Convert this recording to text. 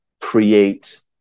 create